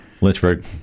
Lynchburg